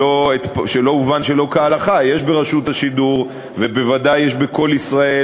שלא אובן שלא כהלכה: יש ברשות השידור ובוודאי יש ב"קול ישראל"